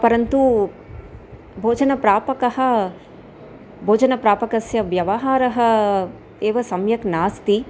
परन्तु भोजनप्रापकः भोजनप्रापकस्य व्यवहारः एव सम्यक् नास्ति